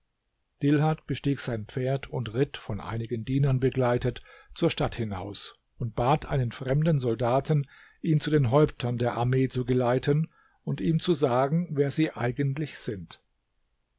dilhat bestieg sein pferd und ritt von einigen dienern begleitet zur stadt hinaus und bat einen fremden soldaten ihn zu den häuptern der armee zu geleiten und ihm zu sagen wer sie eigentlich sind